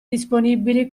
disponibili